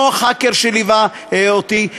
לנח הקר שליווה אותי,